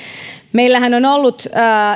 meillähän on ollut